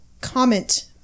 comment